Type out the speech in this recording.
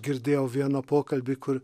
girdėjau vieną pokalbį kur